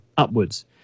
upwards